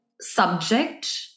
subject